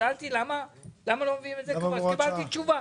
שאלתי למה לא עושים את זה קבוע וקיבלתי תשובה.